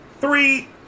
Three